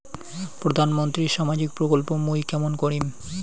প্রধান মন্ত্রীর সামাজিক প্রকল্প মুই কেমন করিম?